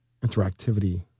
interactivity